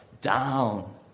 Down